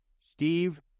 Steve